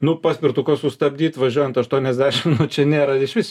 nu paspirtuko sustabdyt važiuojant aštuoniasdešim čia nėra išvis